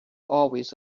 always